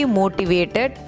motivated